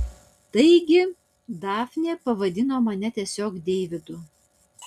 taigi dafnė pavadino mane tiesiog deividu